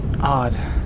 Odd